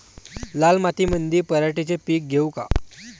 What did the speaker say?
लाल मातीमंदी पराटीचे पीक घेऊ का?